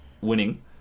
winning